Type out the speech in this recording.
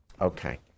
okay